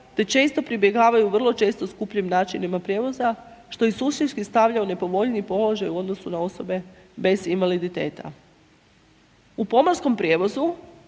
te često pribjegavaju vrlo čestim skupljim načinima prijevoza što ih suštinski stavlja u nepovoljniji položaj u odnosu na osobe bez invaliditeta. U pomorskom prijevozu